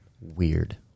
Weird